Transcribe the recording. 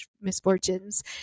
misfortunes